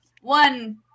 one